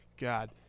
God